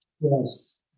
Yes